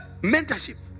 Mentorship